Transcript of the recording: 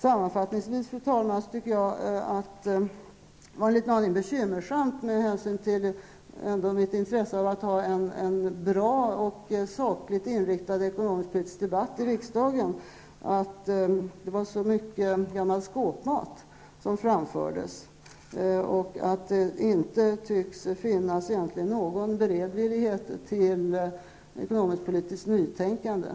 Sammanfattningsvis, fru talman, tycker jag att det var en liten aning bekymmersamt, med hänsyn till mitt intresse av att ha en bra och sakligt inriktad ekonomisk-politisk debatt i riksdagen, att det var så mycket gammal skåpmat som framfördes och att det inte tycks finnas egentligen någon beredvillighet till ett ekonomiskt-politiskt nytänkande.